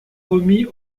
remis